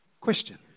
question